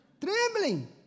trembling